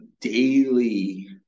daily